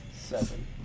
Seven